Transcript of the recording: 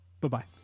bye-bye